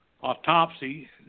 autopsy